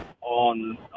on